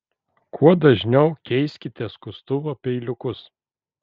kuo dažniau keiskite skustuvo peiliukus